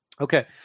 Okay